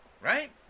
Right